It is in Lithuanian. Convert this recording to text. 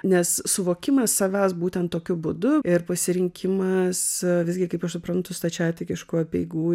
nes suvokimas savęs būtent tokiu būdu ir pasirinkimas visgi kaip aš suprantu stačiatikiškų apeigų